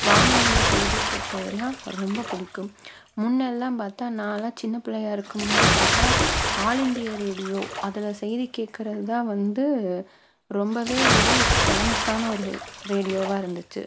வானொலியில் செய்தி கேட்குறதுனா ரொம்ப பிடிக்கும் முன்னெல்லாம் பார்த்தா நான்லாம் சின்ன பிள்ளையா இருக்கும்போது பார்த்தா ஆல் இந்தியா ரேடியோ அதில் செய்தி கேட்குறது தான் வந்து ரொம்பவே ஒரு ஃபேமஸ்ஸனா ஒரு ரேடியோவாக இருந்துச்சு